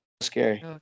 scary